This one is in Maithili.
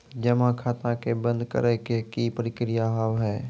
जमा खाता के बंद करे के की प्रक्रिया हाव हाय?